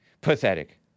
Pathetic